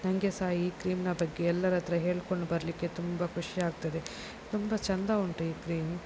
ನನಗೆ ಸಹ ಈ ಕ್ರೀಮ್ನ ಬಗ್ಗೆ ಎಲ್ಲರ ಹತ್ರ ಹೇಳ್ಕೊಂಡು ಬರಲಿಕ್ಕೆ ತುಂಬ ಖುಷಿ ಆಗ್ತದೆ ತುಂಬ ಚಂದ ಉಂಟು ಈ ಕ್ರೀಮ್